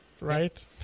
right